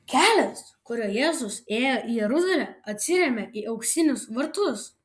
kelias kuriuo jėzus įėjo į jeruzalę atsiremia į auksinius vartus